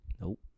Nope